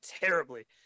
terribly